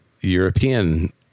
European